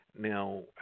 Now